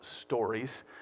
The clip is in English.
stories